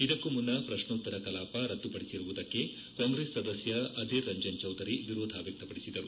ಇದಕ್ಕೂ ಮುನ್ನ ಪ್ರಶ್ನೋತ್ತರ ಕಲಾಪ ರದ್ದುಪಡಿಸಿರುವುದಕ್ಕೆ ಕಾಂಗ್ರೆಸ್ ಸದಸ್ಯ ಅದಿರ್ ರಂಜನ್ ಚೌದರಿ ವಿರೋಧ ವ್ಯಕ್ತಪಡಿಸಿದರು